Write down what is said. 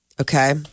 Okay